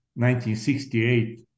1968